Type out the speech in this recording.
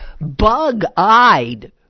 bug-eyed